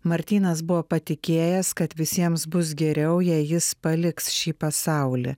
martynas buvo patikėjęs kad visiems bus geriau jei jis paliks šį pasaulį